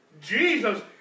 Jesus